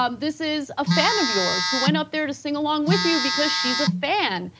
um this is a fan of yours who went up there to sing along with you because she is a fan.